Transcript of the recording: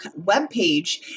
webpage